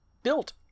Built